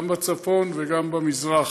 גם בצפון וגם במזרח,